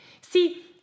See